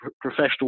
professional